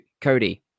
Cody